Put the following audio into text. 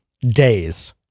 days